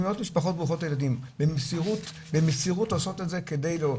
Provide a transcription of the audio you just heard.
אימהות במשפחות מרובות ילדים במסירות עושות הכל.